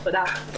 תודה.